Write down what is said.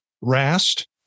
Rast